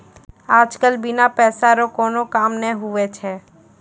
आज कल बिना पैसा रो कोनो काम नै हुवै छै